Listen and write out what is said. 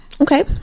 okay